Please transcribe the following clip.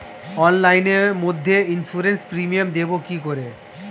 অনলাইনে মধ্যে insurance premium দেবো কি করে?